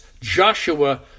Joshua